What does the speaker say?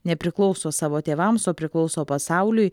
nepriklauso savo tėvams o priklauso pasauliui